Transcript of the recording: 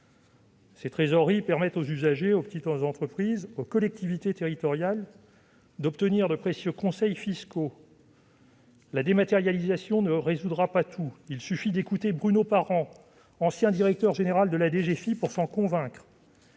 Ces trésoreries permettent aux usagers, aux petites entreprises, aux collectivités territoriales d'obtenir de précieux conseils fiscaux. La dématérialisation ne résoudra pas tout. Il suffit d'écouter Bruno Parent, ancien directeur général de la DGFiP pour s'en convaincre.